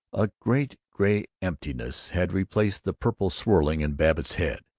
a great gray emptiness had replaced the purple swirling in babbitt's head,